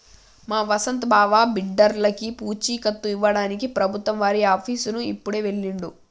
మా వసంత్ బావ బిడ్డర్లకి పూచీకత్తు ఇవ్వడానికి ప్రభుత్వం వారి ఆఫీసుకి ఇప్పుడే వెళ్ళిండు